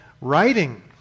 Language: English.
writing